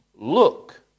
Look